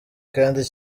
kandi